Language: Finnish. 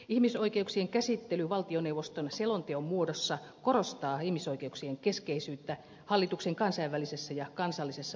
ihmisoikeuksien käsittely valtioneuvoston selonteon muodossa korostaa ihmisoikeuksien keskeisyyttä hallituksen kansainvälisessä ja kansallisessa politiikassa